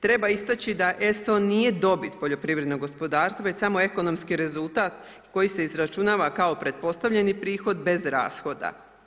Treba isteći da SO nije dobit poljoprivrednog gospodarstva, već samo ekonomski rezultat, koji se izračunava, kao pretpostavljani prihod bez rashoda.